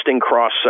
cross